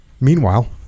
Meanwhile